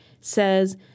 says